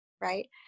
right